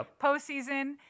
postseason